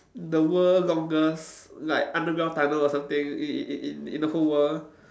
the world longest like underground tunnel or something in in in in the whole world